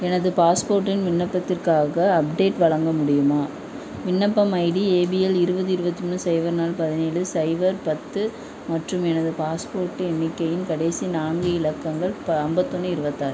எனது பாஸ்போர்ட்டின் விண்ணப்பத்திற்காக அப்டேட் வழங்க முடியுமா விண்ணப்பம் ஐடி ஏபிஎல் இருபது இருபத்தி மூணு சைபர் நாலு பதினேலு சைபர் பத்து மற்றும் எனது பாஸ்போர்ட் எண்ணிக்கையின் கடைசி நான்கு இலக்கங்கள் ப ஐம்பத்தொன்னு இருபத்தாறு